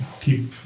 keep